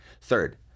third